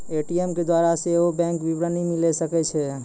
ATM के द्वारा सेहो बैंक विबरण मिले सकै छै